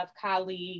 colleagues